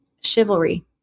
Chivalry